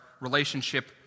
relationship